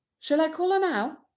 shall i call her now?